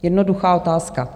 Jednoduchá otázka.